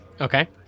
Okay